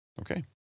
Okay